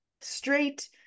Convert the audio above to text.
straight